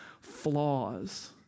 flaws